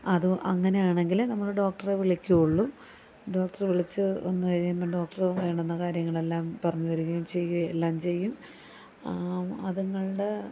അത് അങ്ങനെ ആണെങ്കില് നമ്മള് ഡോക്ട്രെ വിളിക്കുവുള്ളൂ ഡോക്ട്രെ വിളിച്ചു വന്നു കഴിയുമ്പോള് ഡോക്ട്ര് വേണ്ടുന്ന കാര്യങ്ങളെല്ലാം പറഞ്ഞു തരുകയും ചെയ്യുകയും എല്ലാം ചെയ്യും അതുങ്ങളുടെ